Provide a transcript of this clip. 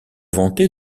vanter